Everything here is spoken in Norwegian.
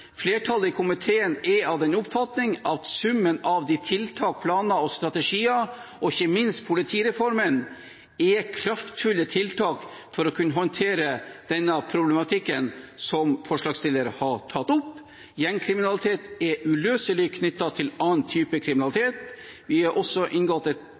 Flertallet i komiteen er av den oppfatning at summen av tiltak, planer og strategier, og ikke minst politireformen, er kraftfulle virkemidler for å kunne håndtere den problematikken som forslagsstillerne tar opp. Gjengkriminalitet er uløselig knyttet til andre typer kriminalitet. Vi har også inngått et